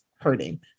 hurting